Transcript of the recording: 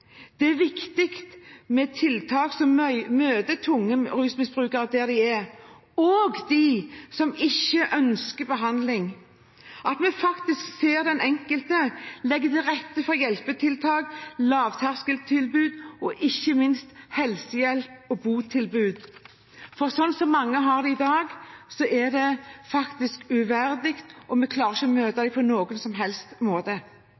Det er viktig med tiltak som møter tunge rusmisbrukere der de er, også dem som ikke ønsker behandling, at vi faktisk ser den enkelte, og at vi legger til rette for hjelpetiltak, lavterskeltilbud og ikke minst helsehjelp og botilbud. Sånn som mange har det i dag, er faktisk uverdig, og vi klarer ikke å møte dem på noen som helst måte.